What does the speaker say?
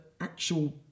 actual